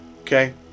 Okay